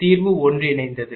தீர்வு ஒன்றிணைந்தது